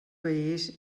país